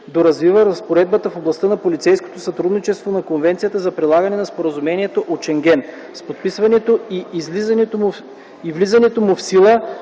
доразвиват разпоредбите в областта на полицейското сътрудничество на Конвенцията за прилагане на Споразумението от Шенген. С подписването и влизането му в сила